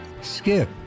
skip